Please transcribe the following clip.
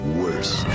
worse